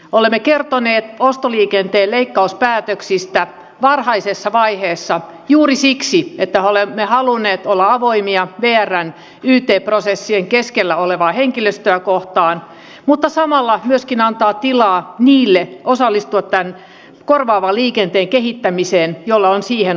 olemme kertoneet ostoliikenteen leikkauspäätöksistä varhaisessa vaiheessa juuri siksi että olemme halunneet olla avoimia vrn yt prosessien keskellä olevaa henkilöstöä kohtaan mutta samalla myöskin antaa tilaa osallistua tämän korvaavan liikenteen kehittämiseen niille joilla on siihen ollut tahtoa